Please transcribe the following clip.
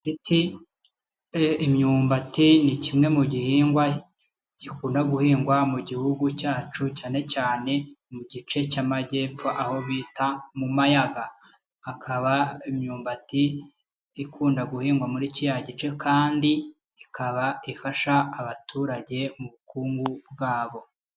Imyumbati ni kimwe mu gihingwa gikunda guhingwa mu gihugu cyacu, cyane cyane mu gice cy'Amajyepfo aho bita mu Mayaga. Hakaba imyumbati ikunda guhingwa muri kiriya gice, kandi ikaba ifasha abaturage mu bukungu bwabo.